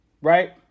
right